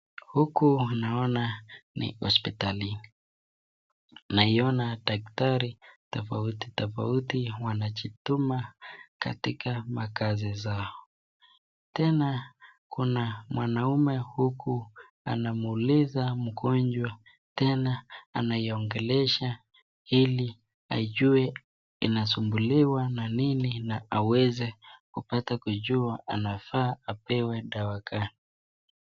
Huku naona ni hospitalini naona daktari tafauti tafauti wanajituma katika makazi zao , tena Kuna mwanaume huku anamuuliza mgonjwa tena anaongelesha hili ajue anasumbuliwa na Nii an aweze apate kujua anafaa apewe dawa ngani.